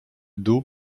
dos